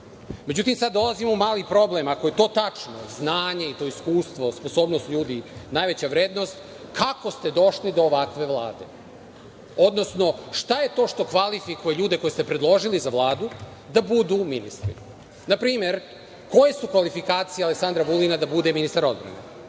Međutim, sada dolazimo u mali problem, ako je to tačno, znanje, iskustvo, sposobnost ljudi najveća vrednost, kako ste došli do ovakve Vlade, odnosno šta je to što kvalifikuje ljude koje ste predložili za Vladu da budu ministri. Na primer, koje su kvalifikacije Aleksandra Vulina da bude ministar odbrane,